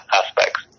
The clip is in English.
aspects